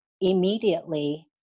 immediately